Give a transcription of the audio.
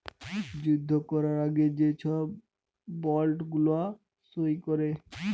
যুদ্ধ ক্যরার আগে যে ছব বল্ড গুলা সই ক্যরে